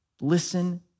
listen